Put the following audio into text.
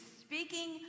speaking